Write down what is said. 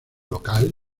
local